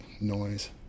noise